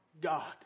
God